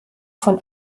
von